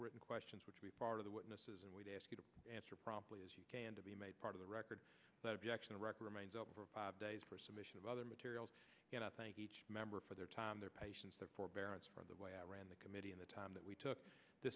written questions which we part of the witnesses and we'd ask you to answer promptly as you can to be made part of the record that objection iraq remains up for five days for submission of other materials and i thank each member for their time their patience their from the way i ran the committee in the time that we took th